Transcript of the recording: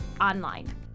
online